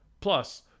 Plus